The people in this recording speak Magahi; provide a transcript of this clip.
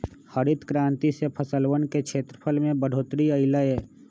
हरित क्रांति से फसलवन के क्षेत्रफल में बढ़ोतरी अई लय